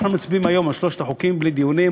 אנחנו מצביעים היום על שלושת החוקים בלי דיונים,